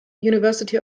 university